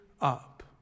up